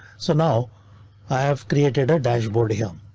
so now i have created a dashboard here.